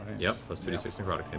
yep, plus two d six necrotic and